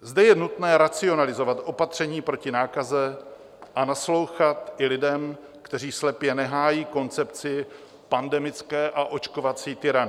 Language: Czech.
Zde je nutné racionalizovat opatření proti nákaze a naslouchat i lidem, kteří slepě nehájí koncepci pandemické a očkovací tyranie.